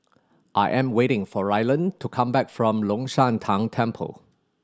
I am waiting for Ryland to come back from Long Shan Tang Temple